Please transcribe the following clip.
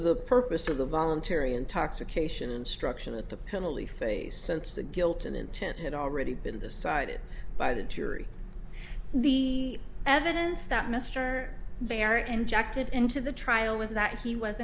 the purpose of the voluntary intoxication instruction at the penalty phase since the guilt and intent had already been decided by the jury the evidence that mr barrett injected into the trial was that he was